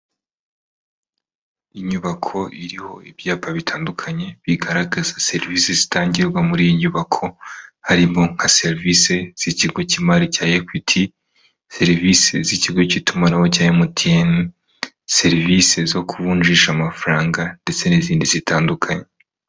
Inyubako iriho ibyapa bitandukanye bigaragaza serivisi zitangirwa muri iyi nyubako, harimo nka serivisi z'ikigo cy'imari cya Ekwiti, serivisi z'ikigo cy'itumanaho cya MTN, serivisi zo kuvunjisha amafaranga ndetse n'izindi zitandukanye.